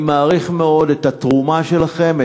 אני מעריך מאוד את התרומה שלכם,